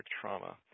trauma